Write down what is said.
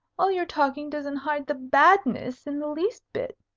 all your talking doesn't hide the badness in the least bit.